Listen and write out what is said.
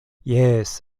jes